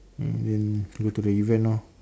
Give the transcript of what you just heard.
and then go to the event lor